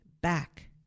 back